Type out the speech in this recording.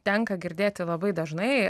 tenka girdėti labai dažnai